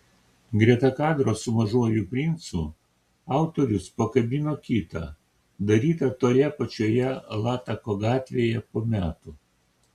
greta kadro su mažuoju princu autorius pakabino kitą darytą toje pačioje latako gatvėje po metų